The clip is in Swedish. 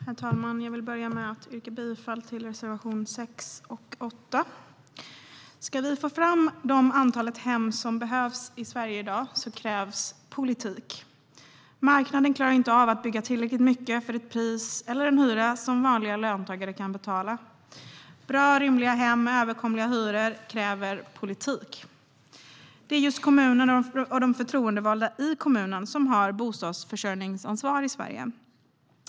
Herr talman! Jag vill börja med att yrka bifall till reservationerna 6 och 8. Ska vi få fram det antal hem som behövs i Sverige i dag krävs politik. Marknaden klarar inte av att bygga tillräckligt mycket för ett pris eller en hyra som vanliga löntagare kan betala. Bra och rymliga hem med överkomliga hyror kräver politik. Det är just kommunen och de förtroendevalda i kommunen som har bostadsförsörjningsansvar i Sverige.